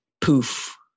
poof